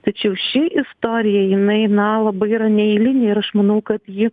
tačiau ši istorija jinai na labai yra neeilinė ir aš manau kad ji